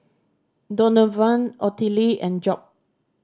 Donavan Ottilie and Job